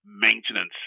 maintenance